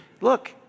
look